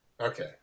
okay